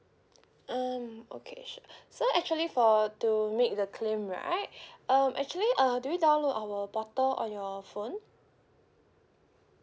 um okay sure so actually for to make the claim right um actually uh do you download our portal on your phone